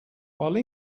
while